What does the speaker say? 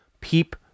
peep